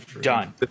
Done